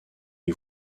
les